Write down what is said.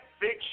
fix